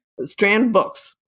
Strandbooks